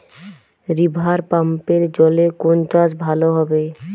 রিভারপাম্পের জলে কোন চাষ ভালো হবে?